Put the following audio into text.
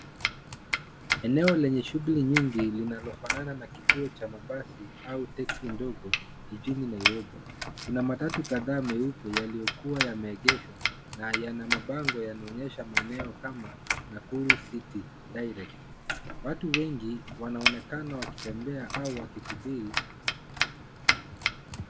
Eneo lenye shughuli nyingi linalofanana na kituo cha mabasi au teksi ndogo jijini Nairobi. Kuna matatu kadhaa meupe yaliyokuwa yameegeshwa na yana mabango yanayoonyesha maeneo kama, Nakuru city direct. Watu wengi wanaonekana wakitembea au wakisubiri.